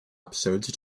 episodes